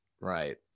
Right